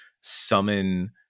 summon